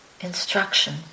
instruction